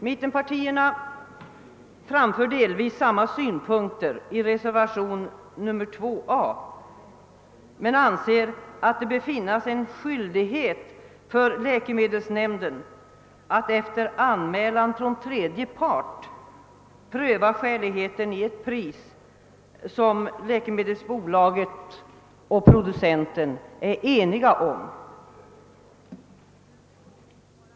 Mittenpartierna framför delvis samma synpunkter i reservationen 2 a men anser att läkemedelsnämnden bör ha skyldighet att efter anmälan från tredje part pröva skäligheten i ett pris som apoteksbolaget och producenten är ense om.